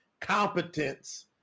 Competence